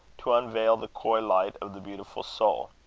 to unveil the coy light of the beautiful soul.